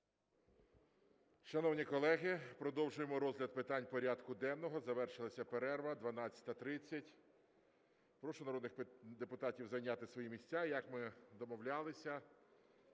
Шановні колеги, продовжуємо розгляд питань порядку денного. Завершилася перерва, 12:30, прошу народних депутатів зайняти свої місця. Як ми домовлялися,